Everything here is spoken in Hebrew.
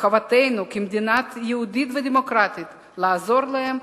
וחובתנו כמדינה יהודית ודמוקרטית לעזור להם